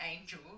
angel